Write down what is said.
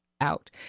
out